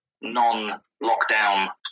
non-lockdown